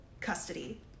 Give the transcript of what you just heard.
custody